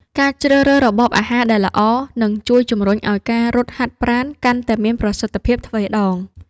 ការជ្រើសរើសរបបអាហារដែលល្អ នឹងជួយជម្រុញឱ្យការរត់ហាត់ប្រាណកាន់តែមានប្រសិទ្ធភាពទ្វេដង។